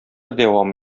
дәвам